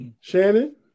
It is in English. Shannon